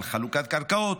על חלוקת קרקעות,